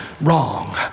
Wrong